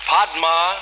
Padma